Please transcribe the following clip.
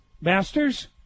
Masters